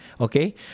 Okay